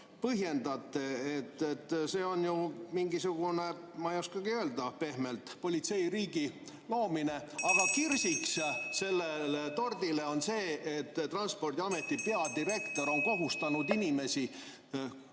põhjendate? See on ju mingisugune, ma ei oskagi pehmelt öelda, politseiriigi loomine. Aga kirsiks tordil on see, et Transpordiameti peadirektor on kohustanud inimesi